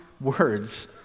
words